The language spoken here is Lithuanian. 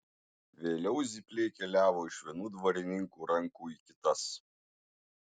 vėliau zypliai keliavo iš vienų dvarininkų rankų į kitas